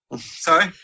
Sorry